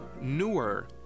newer